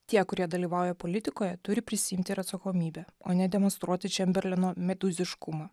tie kurie dalyvauja politikoje turi prisiimti ir atsakomybę o ne demonstruoti čemberleno medūziškumą